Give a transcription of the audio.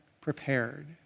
prepared